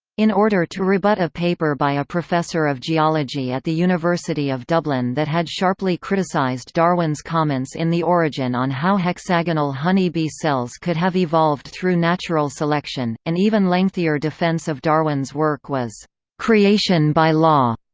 in order to rebut a paper by a professor of geology at the university of dublin that had sharply criticised darwin's comments in the origin on how hexagonal honey bee cells could have evolved through natural selection an even lengthier defence of darwin's work was creation by law,